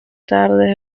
tarde